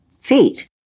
feet